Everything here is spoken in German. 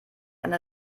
eine